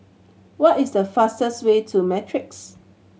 what is the fastest way to Matrix